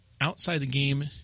outside-the-game